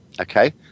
okay